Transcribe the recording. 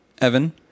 Evan